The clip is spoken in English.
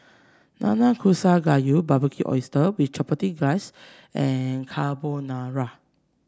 Nanakusa Gayu Barbecued Oyster with Chipotle Glaze and Carbonara